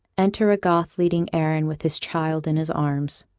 enter a goth, leading aaron with his child in his arms